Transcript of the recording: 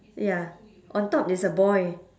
ya on top it's a boy